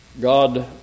God